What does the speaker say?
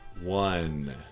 one